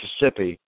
Mississippi